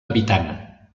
habitant